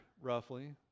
roughly